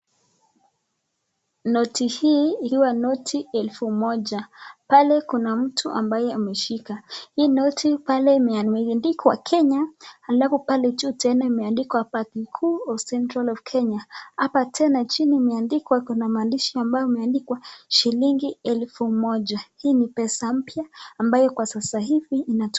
Noti ikiwa noti elfu moja. Pale kuna mtu ambaye ameishika, hii noti pale imeandikwa Kenya alafu pale juu imeandikwa banki kuu {cs] central Kenya , pale chini kumeandikwa, kuna maandishi ambayo imeandikwa elfu moja. Hii ni pesa mpya ambayo kwa sasa hivi inatumika.